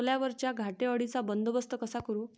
सोल्यावरच्या घाटे अळीचा बंदोबस्त कसा करू?